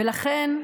ולכן,